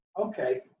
Okay